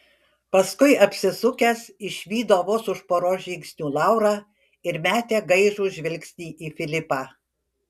paskui apsisukęs išvydo vos už poros žingsnių laurą ir metė gaižų žvilgsnį į filipą